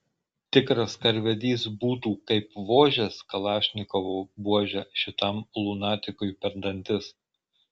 tikras karvedys būtų kaip vožęs kalašnikovo buože šitam lunatikui per dantis